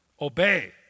Obey